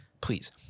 Please